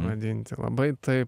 vadinti labai tai